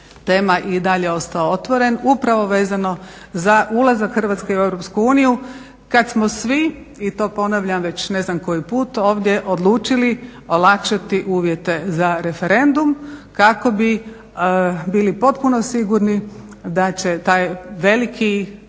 tema i dalje je ostao otvoren upravo vezano za ulazak Hrvatske u EU kada smo svi, i to ponavljam ne znam već koji put ovdje, odlučili olakšati uvjete za referendum kako bi bili potpuno sigurni da će taj veliki